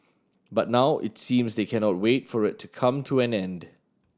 but now it seems they cannot wait for it to come to an end